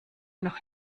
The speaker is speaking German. noch